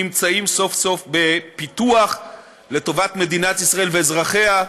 נמצאים סוף-סוף בפיתוח לטובת מדינת ישראל ואזרחיה,